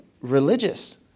religious